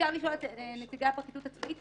אפשר לשאול את נציגי הפרקליטות הצבאית.